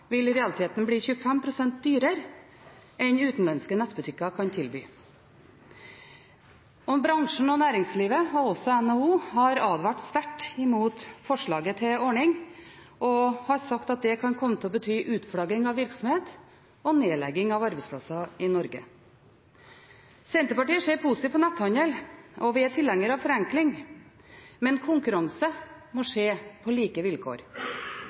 vil i realiteten bli 25 pst. dyrere enn det utenlandske nettbutikker kan tilby. Bransjen, næringslivet og NHO har advart sterkt mot forslaget til ordning og har sagt at det kan komme til å bety utflagging av virksomheter og nedlegging av arbeidsplasser i Norge. Senterpartiet ser positivt på netthandel – og vi er tilhengere av forenkling – men konkurranse må skje på like vilkår.